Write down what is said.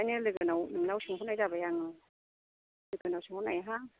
ओंखायनो लोगोनाव नोंनाव सोंहरनाय जाबाय आङो लोगोनाव सोंहरनाय हां